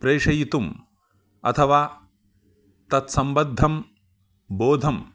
प्रेषयितुम् अथवा तत्सम्बद्धं बोधं